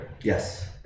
Yes